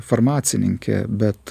farmacininkė bet